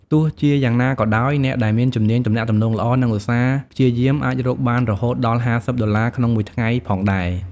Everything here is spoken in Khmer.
ទោះជាយ៉ាងណាក៏ដោយ អ្នកដែលមានជំនាញទំនាក់ទំនងល្អ និងឧស្សាហ៍ព្យាយាម អាចរកបានរហូតដល់ ៥០ ដុល្លារក្នុងមួយថ្ងៃផងដែរ។